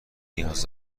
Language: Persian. نیاز